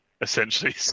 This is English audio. essentially